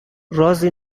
رازی